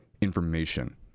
information